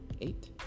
eight